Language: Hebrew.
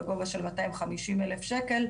בגובה של מאתיים חמישים אלף שקל,